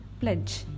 Pledge